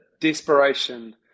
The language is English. desperation